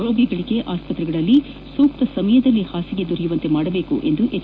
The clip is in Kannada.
ರೋಗಿಗಳಿಗೆ ಆಸ್ತ್ರೆಯಲ್ಲಿ ಸೂಕ್ತ ಸಮಯದಲ್ಲಿ ಪಾಸಿಗೆಗಳು ದೊರೆಯುವಂತೆ ಮಾಡಬೇಕು ಎಂದು ಎಚ್